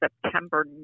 September